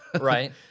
Right